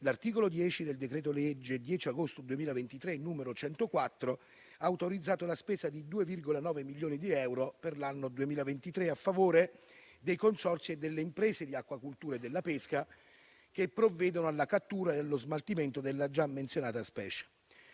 l'articolo 10 del decreto-legge 10 agosto 2023, n. 104, ha autorizzato la spesa di 2,9 milioni di euro per l'anno 2023 a favore dei consorzi e delle imprese di acquacoltura e della pesca che provvedono alla cattura e allo smaltimento della già menzionata specie.